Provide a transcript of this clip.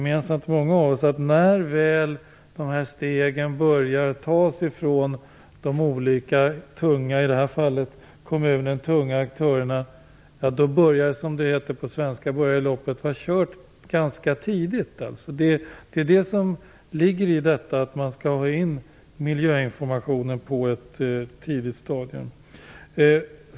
Många av oss vet ju att när stegen väl börjar tas från de olika tunga aktörerna - i det här fallet kommunen - börjar loppet ganska tidigt att vara kört, som det heter på svenska. Därför är det så viktigt att få in miljöinformationen på ett tidigt stadium.